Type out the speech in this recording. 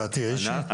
דעתי האישית.